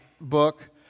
book